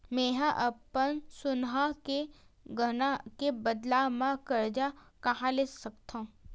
मेंहा अपन सोनहा के गहना के बदला मा कर्जा कहाँ ले सकथव?